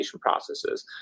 processes